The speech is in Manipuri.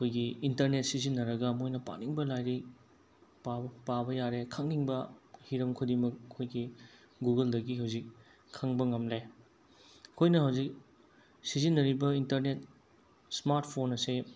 ꯑꯩꯈꯣꯏꯒꯤ ꯏꯟꯇꯔꯅꯦꯠ ꯁꯤꯖꯤꯟꯅꯔꯒ ꯃꯣꯏꯅ ꯄꯥꯅꯤꯡꯕ ꯂꯥꯏꯔꯤꯛ ꯄꯥꯕ ꯄꯥꯕ ꯌꯥꯔꯦ ꯈꯪꯅꯤꯡꯕ ꯍꯤꯔꯝ ꯈꯨꯗꯤꯡꯃꯛ ꯑꯩꯈꯣꯏꯒꯤ ꯒꯨꯒꯜꯗꯒꯤ ꯍꯧꯖꯤꯛ ꯈꯪꯕ ꯉꯝꯂꯦ ꯑꯩꯈꯣꯏꯅ ꯍꯧꯖꯤꯛ ꯁꯤꯖꯤꯟꯅꯔꯤꯕ ꯏꯟꯇꯔꯅꯦꯠ ꯁ꯭ꯃꯥꯔꯠ ꯐꯣꯟ ꯑꯁꯦ